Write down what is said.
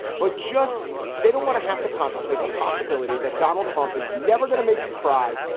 but just they don't want to have to contemplate the possibility that donald trump is never going to make you cry,